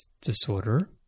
disorder